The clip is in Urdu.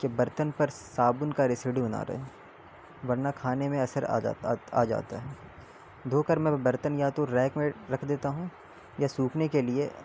کہ برتن پر صابن کا ریسیڈیو بنا رہے ورنہ کھانے میں اثر آ جاتا آ جاتا ہے دھو کر میں برتن یا تو ریک میں رکھ دیتا ہوں یا سوکھنے کے لیے